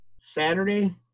Saturday